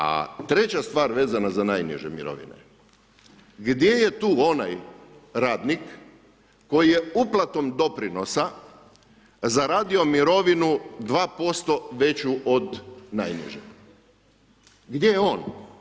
A treća stvar vezana za najniže mirovine, gdje je tu onaj radnik koji je uplatom doprinosa zaradio mirovinu 2% veću od najniže, gdje je on?